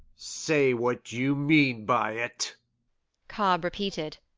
say what you mean by it cobb repeated,